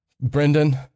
Brendan